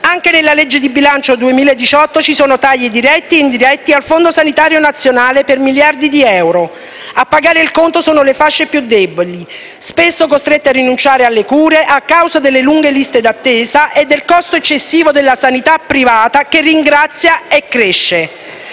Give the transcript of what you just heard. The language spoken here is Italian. Anche nella legge di bilancio 2018 ci sono tagli diretti e indiretti al fondo sanitario nazionale per miliardi di euro. A pagare il conto sono le fasce più deboli, spesso costrette a rinunciare alle cure a causa delle lunghe liste d'attesa e del costo eccessivo della sanità privata, che cresce.